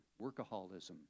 workaholism